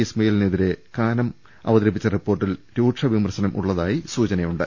ഇസ്മായിലിനെതിരെ കാനം അവതരിപ്പിച്ച റിപ്പോർട്ടിൽ രൂക്ഷവിമർശനമുള്ളതായി സൂചനയുണ്ട്